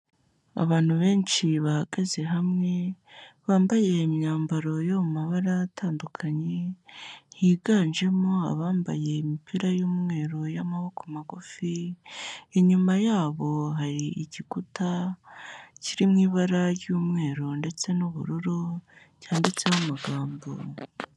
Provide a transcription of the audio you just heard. Abantu benshi bahagaze hamwe bambaye imyambaro yo mu mabara atandukanye, higanjemo abambaye imipira y'umweru y'amaboko magufi, inyuma yabo hari igikuta kiri mu ibara ry'umweru ndetse n'ubururu cyanditseho amagambo.